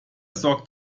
sorgt